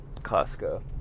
Costco